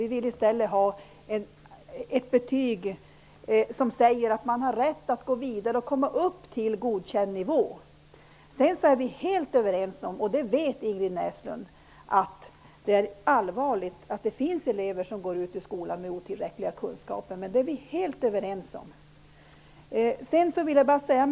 Vi vill i stället ha ett betyg som säger att man har rätt att gå vidare och komma upp till godkänd nivå. Vi är helt överens om att det är allvarligt att det finns elever som går ut skolan med otillräckliga kunskaper. Det vet Ingrid Näslund.